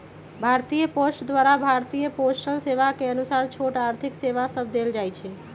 भारतीय पोस्ट द्वारा भारतीय पोस्टल सेवा के अनुसार छोट आर्थिक सेवा सभ देल जाइ छइ